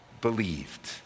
believed